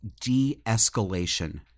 de-escalation